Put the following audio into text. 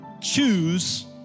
choose